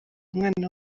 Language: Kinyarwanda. umwana